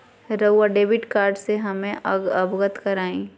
रहुआ debit card से हमें अवगत करवाआई?